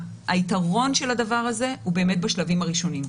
היתרון של הדבר הזה הוא באמת בשלבים הראשונים,